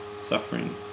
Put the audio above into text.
suffering